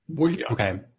Okay